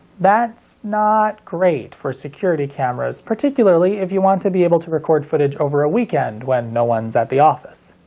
that's not great for security cameras, particularly if you want to be able to record footage over a weekend when no one is at the office.